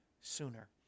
sooner